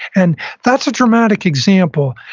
and that's a dramatic example,